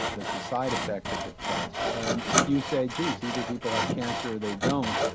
it's the side effect of the test. and you say geez either people have cancer or they don't.